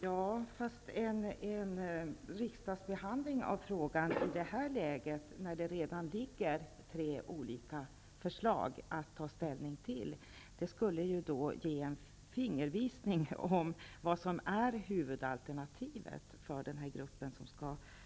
Herr talman! En riksdagsbehandling av frågan i det här läget, när det redan ligger tre olika förslag att ta ställning till, skulle ändå kunna ge en fingervisning om vad som är huvudalternativet för den grupp